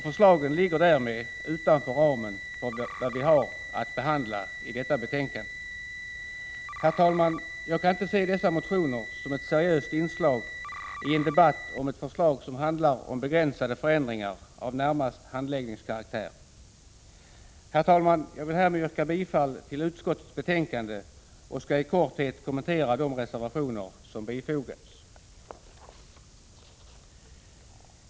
Förslagen ligger därmed utanför ramen för vad vi har att behandla i detta betänkande. Herr talman! Jag kan inte se dessa motioner som ett seriöst inslag i en debatt om ett förslag som handlar om begränsade förändringar av närmast handläggningskaraktär. Herr talman! Jag vill härmed yrka bifall till utskottets hemställan och skall i korthet kommentera de reservationer som fogats till betänkandet.